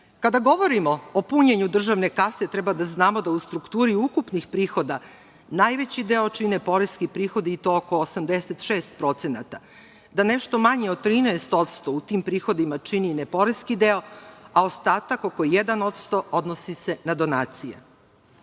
govorimo o punjenju državne kase treba da znamo da u strukturi ukupnih prihoda najveći deo čine poreski prihodi i to oko 86%, da nešto manje od 13% u tim prihodima čini neporeski deo, a ostatak oko 1% odnosi se na